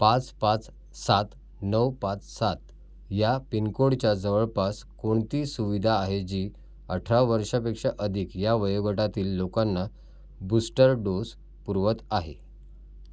पाच पाच सात नऊ पाच सात या पिन कोडच्या जवळपास कोणती सुविधा आहे जी अठरा वर्षापेक्षा अधिक या वयोगटातील लोकांना बूस्टर डोस पुरवत आहे